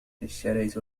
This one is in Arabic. اِشتريت